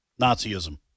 Nazism